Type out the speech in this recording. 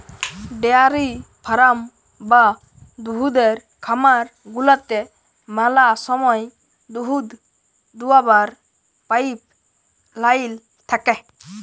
dairy farm বা দুহুদের খামার গুলাতে ম্যালা সময় দুহুদ দুয়াবার পাইপ লাইল থ্যাকে